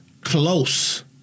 close